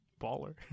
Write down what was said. Baller